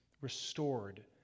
restored